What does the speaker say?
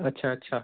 अच्छा अच्छा